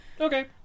Okay